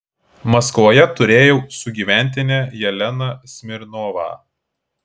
maskvoje turėjau sugyventinę jeleną smirnovą